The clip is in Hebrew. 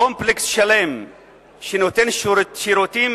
קומפלקס שלם שנותן שירותים